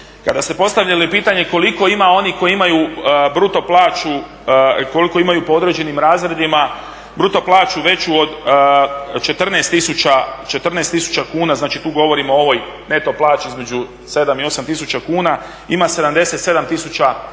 Kada ste postavljali pitanje koliko ima onih koji imaju bruto plaću, koliko imaju po određenim razredima bruto plaću veću od 14 tisuća kuna, znači tu govorimo o ovoj neto plaći između 7 i 8 tisuća kuna, ima 77 tisuća